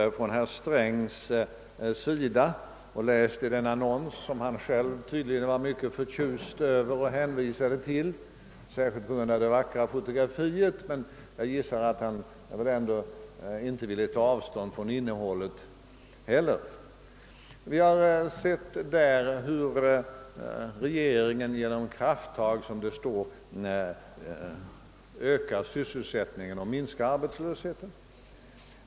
Vi har av herr Sträng hört och läst i en annons som han själv tydligen var mycket förtjust över och hänvisade till — särskilt på grund av det vackra fotografiet men jag gissar att han inte ville ta avstånd från innehållet heller — hur regeringen genom krafttag ökar sysselsättningen och minskar arbetslösheten.